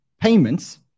payments